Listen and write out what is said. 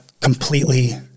completely